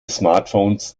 smartphones